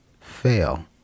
fail